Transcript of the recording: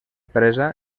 presa